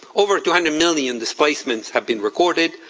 over two hundred million displacements have been recorded,